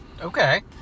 Okay